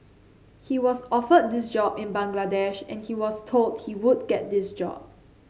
he was offered this job in Bangladesh and he was told he would get this job